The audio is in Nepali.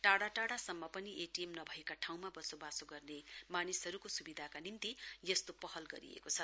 टाढा टाढा सम्म पनि एटीएम नभएका ठाउँमा बसोबासो गर्ने मानिसहरूको सुविधाका निम्ति यस्तो पहल गरिएको छ